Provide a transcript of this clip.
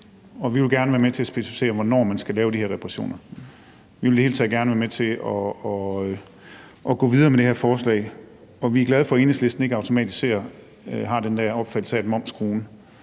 og vi vil gerne være med til at specificere, hvornår man skal lave de her reparationer. Vi vil i det hele taget gerne være med til at gå videre med det her forslag, og vi er glade for, at Enhedslisten ikke automatisk har den der opfattelse af, at momsskruen